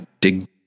dig